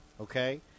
okay